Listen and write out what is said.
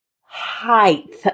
height